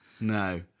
No